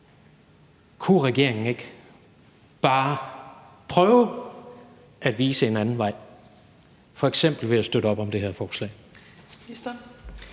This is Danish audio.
Kunne regeringen ikke bare prøve at vise en anden vej, f.eks. ved at støtte op om det her forslag?